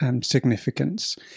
significance